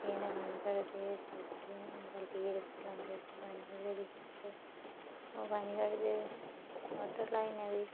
रस्सियें कन्नै पानी कड्ढदे बालटियै बालटियै गी रस्सी लांदे फ्ही पानी कड्ढदे खिच्चदे ओह् पानी कड्ढदे मोटर लाई उड्डदे फ्ही